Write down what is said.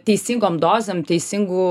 teisingom dozėm teisingu